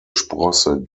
sprosse